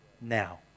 now